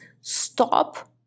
stop